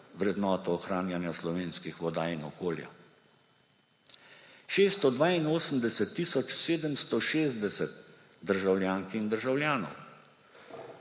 vrednoto ohranjanja slovenskih voda in okolja. 682 tisoč 760 državljank in državljanov.